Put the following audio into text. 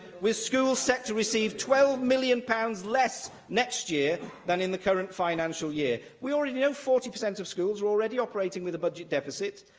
with schools set to receive twelve million pounds less next year than in the current financial year. we already know that forty per cent of schools are already operating with a budget deficit,